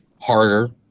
Harder